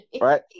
right